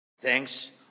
thanks